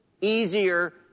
easier